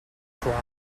twelve